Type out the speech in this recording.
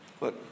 Look